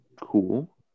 Cool